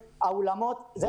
--- האולמות.